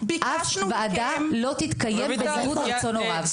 אף ועדה לא תתקיים בניגוד לרצון הוריו.